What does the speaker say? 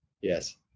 Yes